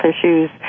issues